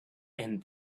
and